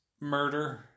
murder